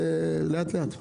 לאט-לאט.